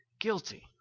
guilty